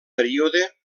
període